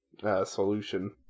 solution